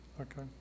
Okay